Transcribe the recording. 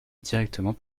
directement